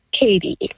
Katie